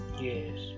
yes